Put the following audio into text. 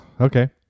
Okay